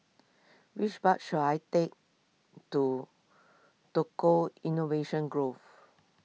which bus should I take to Tukang Innovation Grove